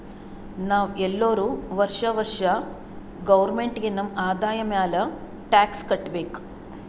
ನಾವ್ ಎಲ್ಲೋರು ವರ್ಷಾ ವರ್ಷಾ ಗೌರ್ಮೆಂಟ್ಗ ನಮ್ ಆದಾಯ ಮ್ಯಾಲ ಟ್ಯಾಕ್ಸ್ ಕಟ್ಟಬೇಕ್